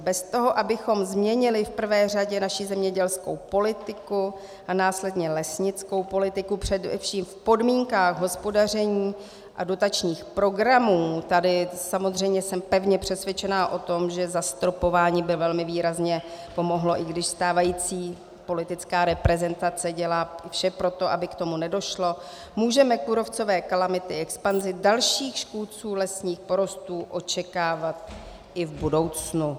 Bez toho, abychom změnili v prvé řadě naši zemědělskou politiku a následně lesnickou politiku, především v podmínkách hospodaření a dotačních programů tady jsem samozřejmě pevně přesvědčena o tom, že zastropování by velmi výrazně pomohlo, i když stávající politická reprezentace dělá vše pro to, aby k tomu nedošlo můžeme kůrovcové kalamity a expanzi dalších škůdců lesních porostů očekávat i v budoucnu.